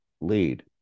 lead